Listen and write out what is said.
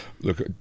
look